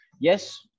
yes